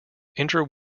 inter